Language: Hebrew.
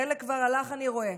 חלק כבר הלך, אני רואה.